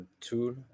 tool